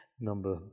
number